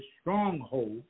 stronghold